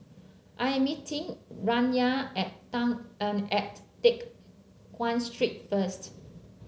I am meeting Rayna at and at Teck Guan Street first